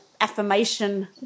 affirmation